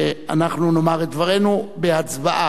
ואנחנו נאמר את דברנו בהצבעה.